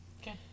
Okay